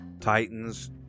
Titans